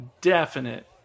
definite